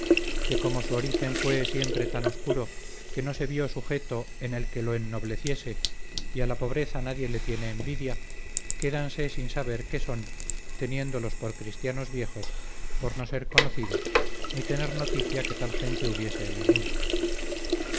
que como su origen fue siempre tan obscuro que no se vió sujeto en el que lo ennobleciese y a la pobreza nadie le tiene envidia quedanse sin saber qué son teniéndolos por cristianos viejos por no ser conocidos ni tener noticia que tal gente hubiese en el mundo